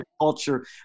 culture